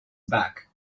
back